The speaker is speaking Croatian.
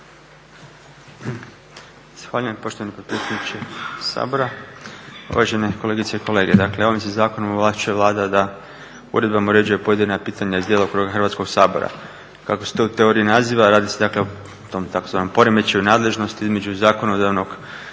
poštovani potpredsjedniče Sabora, uvažene kolegice i kolege. Dakle, ovim se zakonom ovlašćuje Vlada da uredbama uređuje pojedina pitanja iz djelokruga Hrvatskog sabora. Kako se to u teoriji naziva, a radi se dakle o tom tzv. poremećaju nadležnosti između zakonodavnih